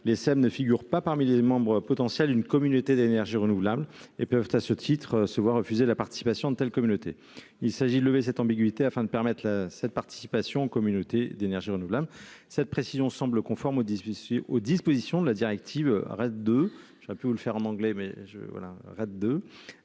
Les SEML ne figurant pas parmi les membres potentiels d'une communauté d'énergie renouvelable, elles peuvent se voir refuser la participation à de telles communautés. L'article 1 D lève cette ambiguïté en permettant explicitement la participation des SEML aux communautés d'énergie renouvelable. Cette précision semble conforme aux dispositions de la directive RED